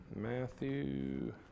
Matthew